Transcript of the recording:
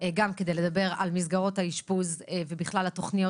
גם כדי לדבר על מסגרות האשפוז ובכלל התוכניות שמופעלות בקהילה.